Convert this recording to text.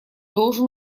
должен